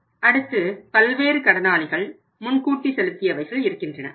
அடுத்து பல்வேறு கடனாளிகள் முன்கூட்டி செலுத்தியவைகள் இருக்கின்றன